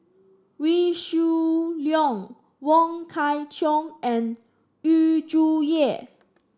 Wee Shoo Leong Wong Kwei Cheong and Yu Zhuye